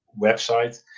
website